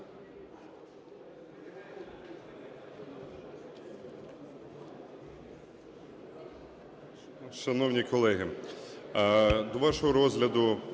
Дякую.